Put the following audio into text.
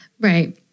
Right